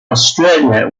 australia